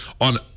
on